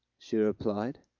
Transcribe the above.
she replied.